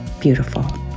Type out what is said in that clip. Beautiful